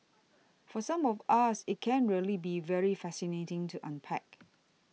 for some of us it can really be very fascinating to unpack